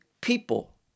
people